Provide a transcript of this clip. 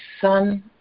son